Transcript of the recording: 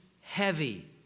heavy